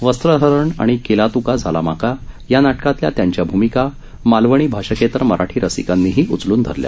वस्त्रहरण आणि केला तुका झाला माका या नाटकातल्या त्यांच्या भूमिका मालवणी भाषकेतर मराठी रसिकांनीही उचलून धरल्या